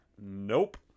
Nope